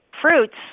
fruits